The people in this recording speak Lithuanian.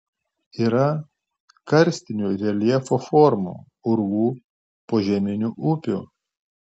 yra karstinių reljefo formų urvų požeminių upių